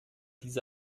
diese